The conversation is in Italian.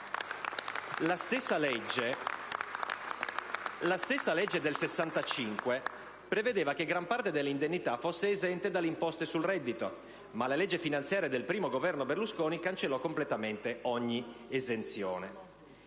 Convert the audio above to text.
La stessa legge del 1965 prevedeva che gran parte dell'indennità fosse esente dalle imposte sul reddito, ma la legge finanziaria del primo Governo Berlusconi cancellò completamente ogni esenzione.